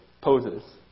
poses